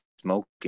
smoking